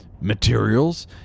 materials